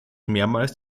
mehrmals